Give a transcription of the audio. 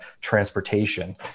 transportation